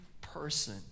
person